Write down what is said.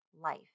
life